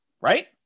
Right